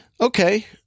Okay